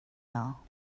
now